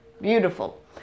Beautiful